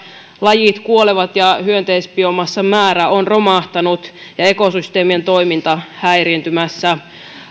lajit kuolevat ja hyönteisbiomassan määrä on romahtanut ja ekosysteemien toiminta häiriintymässä